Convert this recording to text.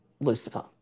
Lucifer